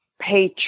pay